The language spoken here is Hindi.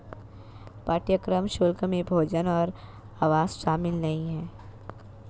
पाठ्यक्रम शुल्क में भोजन और आवास शामिल नहीं है